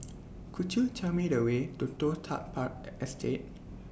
Could YOU Tell Me The Way to Toh Tuck Park Estate